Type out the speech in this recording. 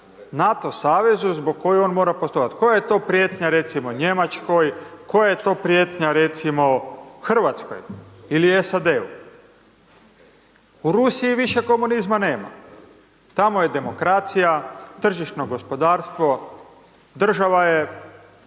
NATO savezu zbog koje on mora postojati, koja je to prijetnja recimo Njemačkoj, koja je to prijetnja recimo Hrvatskoj ili SAD-u? U Rusiji više komunizma nema, tamo je demokracija, tržišno gospodarstvo, država je